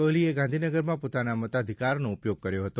કોહલીએ ગાંધીનગરમાં પોતાના મતાધિકારનો ઉપયોગ કર્યો હતો